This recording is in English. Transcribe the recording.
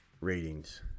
ratings